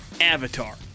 Avatar